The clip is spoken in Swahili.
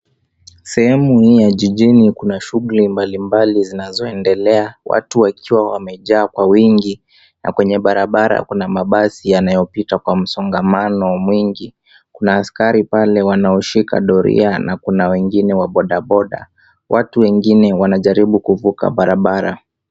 Sehemu hii ya jijini kuna shughuli mabasi mbalimbali zinazoendelea watu wakiwa wamejaa kwa wingi na kwenye barabara kuna mabadi yanayopita kwa msongamano mwingi. Kuna askari pale wanaoshika doria na kuna wengine wa bodaboda. Watu wengine wanajaribu kuvuka barabara.